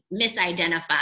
misidentified